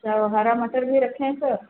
तो हरा मटर भी रखे हैं सर